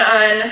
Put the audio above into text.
on